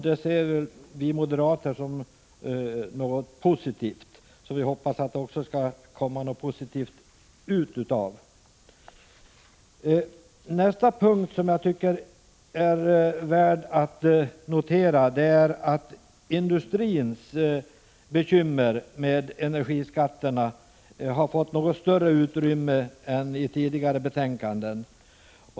Det ser vi moderater som något positivt, och vi hoppas att det också skall komma något positivt resultat av detta. Nästa punkt som jag tycker är värd att notera är att industrins bekymmer med energiskatterna här har fått något större utrymme än i tidigare betänkanden.